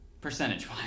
Percentage